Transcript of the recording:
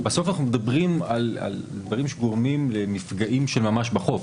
אנחנו מדברים על דברים שגורמים למפגעים של ממש בחוף.